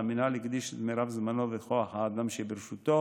והמינהל הקדיש את מרב זמנו וכוח האדם שברשותו